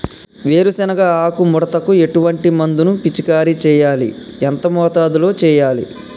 వేరుశెనగ ఆకు ముడతకు ఎటువంటి మందును పిచికారీ చెయ్యాలి? ఎంత మోతాదులో చెయ్యాలి?